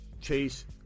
Chase